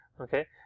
okay